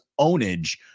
ownage